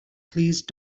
please